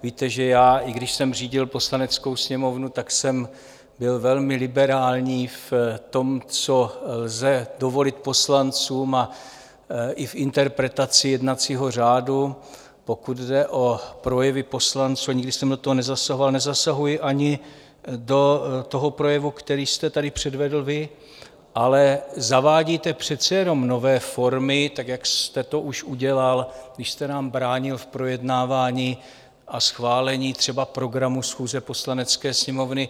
Víte, že já, i když jsem řídil Poslaneckou sněmovnu, jsem byl velmi liberální v tom, co lze dovolit poslancům, a i v interpretaci jednacího řádu, pokud jde o projevy poslanců, a nikdy jsem do toho nezasahoval a nezasahuji ani do toho projevu, který jste tady předvedl vy, ale zavádíte přece jenom nové formy tak, jak jste to už udělal, když jste nám bránil v projednávání a schválení třeba programu schůze Poslanecké sněmovny.